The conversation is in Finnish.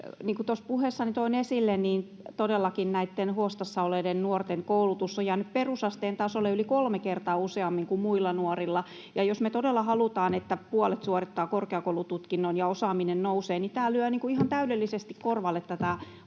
todellakin näitten huostassa olleiden nuorten koulutus on jäänyt perusasteen tasolle yli kolme kertaa useammin kuin muilla nuorilla. Ja jos me todella halutaan, että puolet suorittaa korkeakoulututkinnon ja osaaminen nousee, niin tämä lyö ihan täydellisesti korvalle